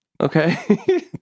Okay